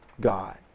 God